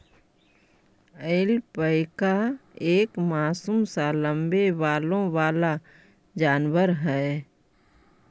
alpaca एक मासूम सा लम्बे बालों वाला जानवर है